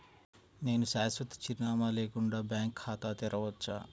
నేను శాశ్వత చిరునామా లేకుండా బ్యాంక్ ఖాతా తెరవచ్చా?